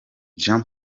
gen